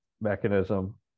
mechanism